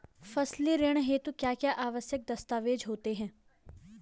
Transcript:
फसली ऋण हेतु क्या क्या आवश्यक दस्तावेज़ होते हैं?